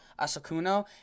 Asakuno